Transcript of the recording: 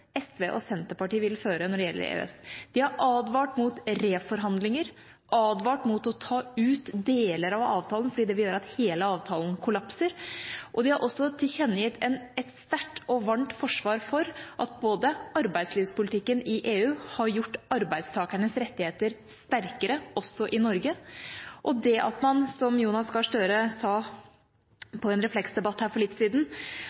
SV og Senterpartiet vil føre når det gjelder EØS. De har advart mot reforhandlinger, advart mot å ta ut deler av avtalen – fordi det vil gjøre at hele avtalen kollapser – og de har også tilkjennegitt et sterkt og varmt forsvar både for at arbeidslivspolitikken i EU har gjort arbeidstakernes rettigheter sterkere, også i Norge, og for det at – som Jonas Gahr Støre sa på en Refleks-debatt for litt siden